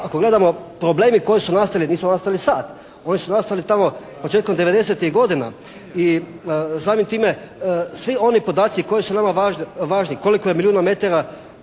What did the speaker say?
ako gledamo problemi koji su nastali, nisu nastali sad. Oni su nastali tamo početkom devedesetih godina. I samim time svi oni podaci koji su nama važni. Koliko je milijuna metara